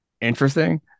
interesting